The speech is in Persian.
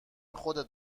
خودت